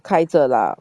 开着 lah